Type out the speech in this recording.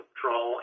draw